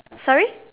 sorry